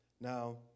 Now